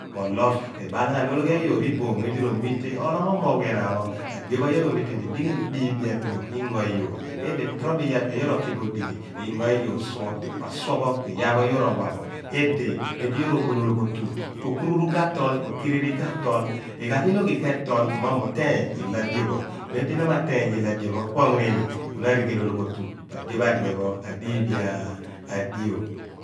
Kuolo r'ebaal ghan ni ologhi ayoor iboom mem lo yoor romite oolom omogh we enaan pho mo adio pho yoor omite bo edighi diibi adio inyo iyoor podi torobo iyaar efe yoor r'oki bo odighi pho inyo inyoor suo ku asuo pho ku iyaar pho yoor r'owa bo idi mem lo yoor obula ologhiotu okururu ka/tol okiriri ka/tol ighagh iloghi ke/tol mo mi iiteeny ilo adio pho mem di na ma teeny ilo adio pho ku na amuneni ku na arigheel ologhlotu pa adio pho adiphe pho adiibi adio